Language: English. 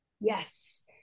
Yes